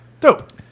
dope